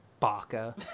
baka